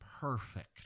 perfect